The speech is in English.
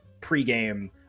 pregame